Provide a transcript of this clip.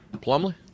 Plumley